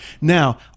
Now